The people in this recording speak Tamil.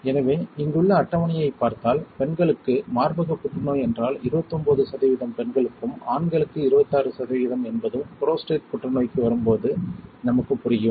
எனவே இங்குள்ள அட்டவணையைப் பார்த்தால் பெண்களுக்கு மார்பகப் புற்றுநோய் என்றால் 29 சதவிகிதம் பெண்களுக்கும் ஆண்களுக்கு 26 சதவிகிதம் என்பதும் புரோஸ்டேட் புற்றுநோய்க்கு வரும்போது நமக்குப் புரியும்